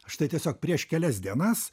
štai tiesiog prieš kelias dienas